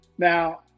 Now